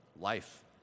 life